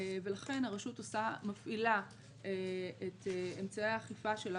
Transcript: ולכן הרשות מפעילה את אמצעי האכיפה שלה